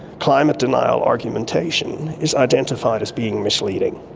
climate denial argumentation is identified as being misleading.